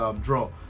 draw